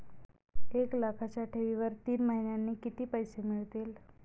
एक लाखाच्या ठेवीवर तीन महिन्यांनी किती पैसे मिळतील?